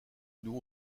nous